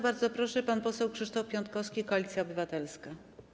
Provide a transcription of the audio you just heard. Bardzo proszę, pan poseł Krzysztof Piątkowski, Koalicja Obywatelska.